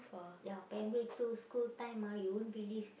ya primary two school time ah you won't believe